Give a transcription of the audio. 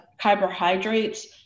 carbohydrates